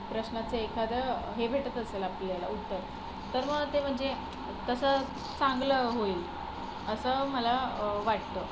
प्रश्नाचं एखादं हे भेटत असेल आपल्याला उत्तर तर मग ते म्हणजे तसं चांगलं होईल असं मला वाटतं